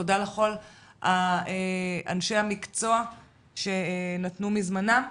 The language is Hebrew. תודה לכל אנשי המקצוע שנתנו מזמנם.